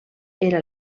era